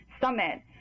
Summit